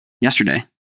yesterday